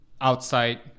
outside